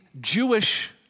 Jewish